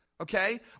Okay